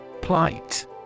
Plight